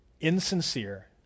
insincere